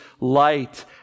light